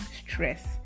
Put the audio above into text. stress